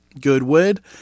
Goodwood